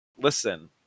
Listen